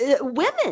women